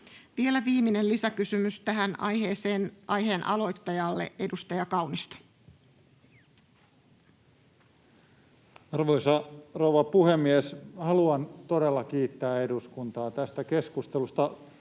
Vielä viimeinen lisäkysymys tähän aiheeseen aiheen aloittajalle. — Edustaja Kaunisto. Arvoisa rouva puhemies! Haluan todella kiittää eduskuntaa tästä keskustelusta.